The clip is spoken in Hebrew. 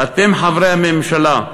ואתם, חברי הממשלה,